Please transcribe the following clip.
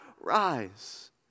rise